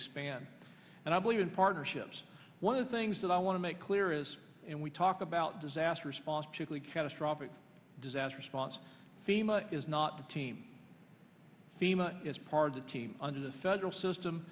expand and i believe in partnerships one of the things that i want to make clear is and we talk about disaster response to catastrophic disaster response fema is not the team fema is part of the team under the federal system